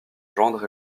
gendre